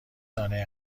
دانه